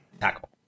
tackle